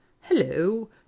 hello